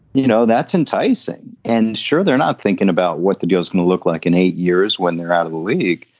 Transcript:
you know, that's enticing. and sure, they're not thinking about what the deal is going to look like in eight years when they're out of the league.